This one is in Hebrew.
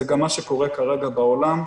זה גם מה שקורה כרגע בעולם.